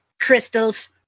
crystals